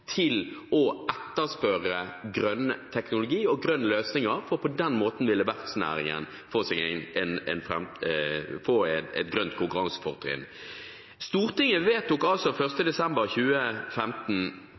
til å etterspørre grønn teknologi og grønne løsninger, for på den måten ville verftsnæringen få